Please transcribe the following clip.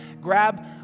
Grab